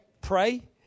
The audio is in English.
Pray